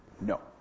No